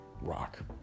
rock